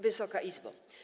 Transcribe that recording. Wysoka Izbo!